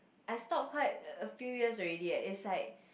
I stopped quite a few years already eh it's like